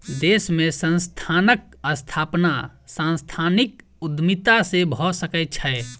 देश में संस्थानक स्थापना सांस्थानिक उद्यमिता से भअ सकै छै